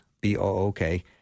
B-O-O-K